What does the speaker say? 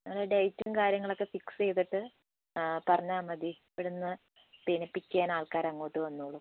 ഞങ്ങളെ ഡേറ്റും കാര്യങ്ങളൊക്കെ ഫിക്സ് ചെയ്തിട്ട് പറഞ്ഞാൽ മതി ഇവിടെ നിന്ന് പിന്നെ പിക്ക് ചെയ്യാൻ ആൾക്കാര് അങ്ങോട്ട് വന്നുകൊള്ളും